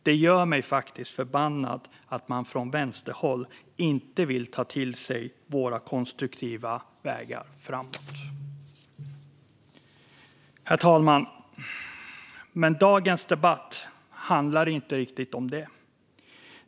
Det gör mig faktiskt förbannad att man från vänsterhåll inte vill ta till sig våra konstruktiva vägar framåt. Herr talman! Dagens debatt handlar inte riktigt om detta.